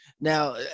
Now